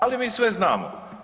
Ali mi sve znamo.